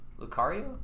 Lucario